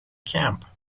camp